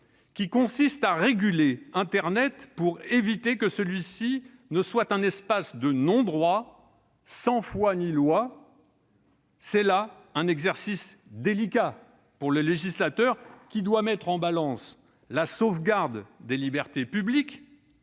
consistant à réguler internet pour éviter que celui-ci ne soit un espace de non-droits, « sans foi ni loi ». C'est là un exercice délicat pour le législateur, qui doit mettre en balance la sauvegarde des libertés publiques,